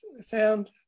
sound